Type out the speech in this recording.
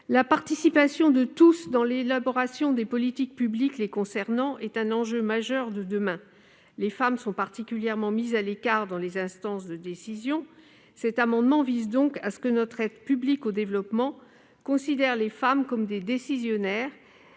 La participation de tous à l'élaboration des politiques publiques les concernant est un enjeu majeur de demain. Les femmes sont particulièrement mises à l'écart dans les instances de décision ; cet amendement vise donc à ce que notre aide publique au développement les considère comme des décisionnaires